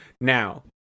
Now